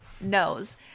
knows